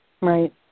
Right